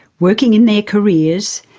working in their careers,